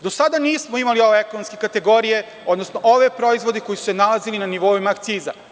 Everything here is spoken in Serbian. Do sada nismo imali ove ekonomske kategorije, odnosno ove proizvode koji su se nalazili na nivoima akciza.